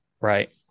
right